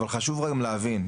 אבל חשוב גם להבין,